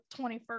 21st